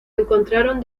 encontraron